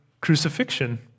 crucifixion